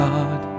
God